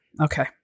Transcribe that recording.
Okay